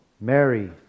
Mary